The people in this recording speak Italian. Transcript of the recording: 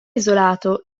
isolato